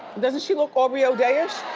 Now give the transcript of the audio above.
doesn't she look aubrey o'day-ish?